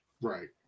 Right